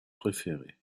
préféré